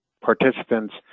participants